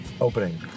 opening